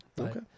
Okay